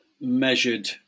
measured